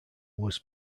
was